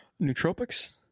Nootropics